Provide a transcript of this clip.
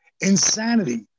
Insanity